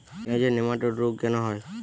পেঁয়াজের নেমাটোড রোগ কেন হয়?